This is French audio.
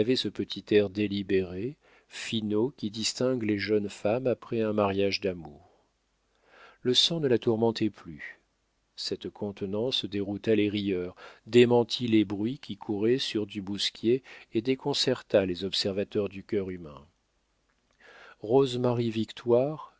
ce petit air délibéré finaud qui distingue les jeunes femmes après un mariage d'amour le sang ne la tourmentait plus cette contenance dérouta les rieurs démentit les bruits qui couraient sur du bousquier et déconcerta les observateurs du cœur humain rose marie victoire